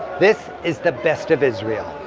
this is the best of israel.